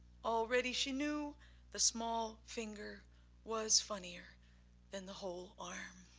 already she knew the small finger was funnier than the whole arm.